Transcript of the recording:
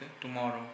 tomorrow